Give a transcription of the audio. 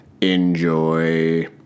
Enjoy